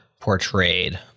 portrayed